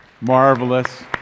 marvelous